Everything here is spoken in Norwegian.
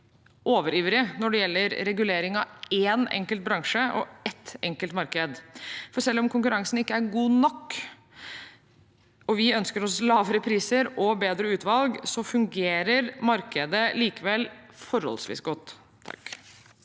overivrige når det gjelder regulering av én enkelt bransje og ett enkelt marked. For selv om konkurransen ikke er god nok, og vi ønsker oss lavere priser og bedre utvalg, fungerer markedet likevel forholdsvis godt.